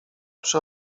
przy